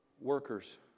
workers